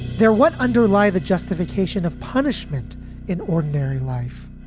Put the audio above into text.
they're what underlie the justification of punishment in ordinary life.